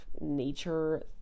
nature